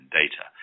data